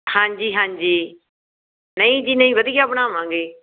ਹਾਂਜੀ ਹਾਂਜੀ ਨਹੀਂ ਜੀ ਨਹੀਂ ਵਧੀਆ ਬਣਾਵਾਂਗੇ